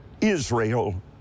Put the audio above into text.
Israel